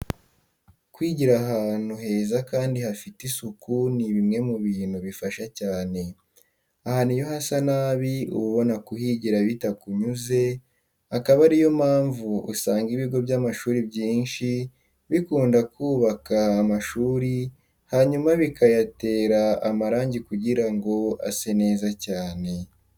Kwigira ahantu heza kandi hafite isuku ni bimwe mu bintu bifasha cyane. Ahantu iyo hasa nabi uba ubona kuhigira bitakunyuze, akaba ari yo mpamvu usanga ibigo by'amashuri byinshi bikunda kubaka amashuri hanyuma bikayatera amarangi kugira ngo ase neza cyane.